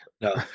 No